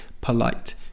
polite